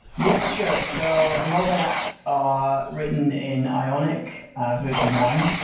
yeah, sure. so the mobile apps are written in ionic ah version one,